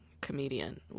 comedian